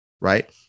right